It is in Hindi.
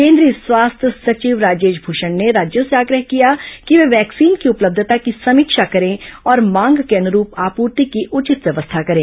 केंद्रीय स्वास्थ्य सचिव राजेश भूषण ने राज्यों से आग्रह किया कि वे वैक्सीन की उपलब्धता की समीक्षा करें और मांग के अनुरूप आपूर्ति की उचित व्यवस्था करें